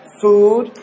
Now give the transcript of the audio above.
food